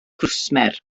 cwsmer